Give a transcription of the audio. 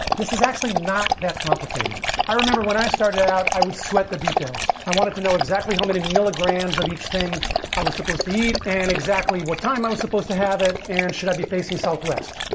this is actually not that complicated i remember when i started out i would sweat the details. i wanted to know exactly how many milligrams of each thing i was supposed to eat and exactly what time i was supposed to have it and should i be facing southwest?